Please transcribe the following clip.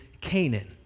Canaan